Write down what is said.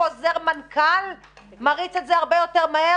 חוזר מנכ"ל היה מריץ את זה הרבה יותר מהר.